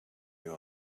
you